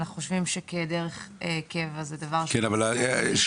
אנחנו חושבים שכדרך קבע זה דבר --- אבל שאלה